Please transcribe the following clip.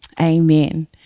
amen